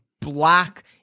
black